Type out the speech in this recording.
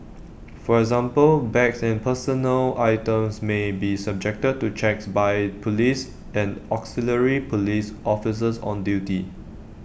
for example bags and personal items may be subjected to checks by Police and auxiliary Police officers on duty